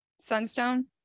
Sunstone